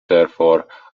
therefore